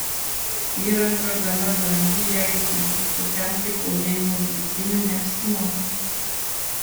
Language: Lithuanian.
įranga gana brangi ją įsigyti tokiam kaip eugenijaus bitynui neapsimoka